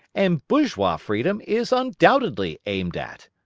and bourgeois freedom is undoubtedly aimed at.